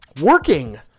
working